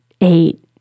eight